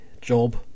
job